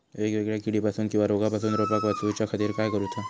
वेगवेगल्या किडीपासून किवा रोगापासून रोपाक वाचउच्या खातीर काय करूचा?